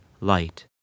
light